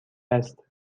است